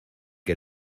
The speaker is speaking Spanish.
que